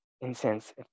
Incense